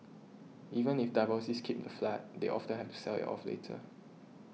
even if divorcees keep the flat they often have to sell it off later